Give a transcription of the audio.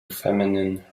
feminine